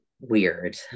weird